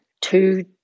two